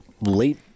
late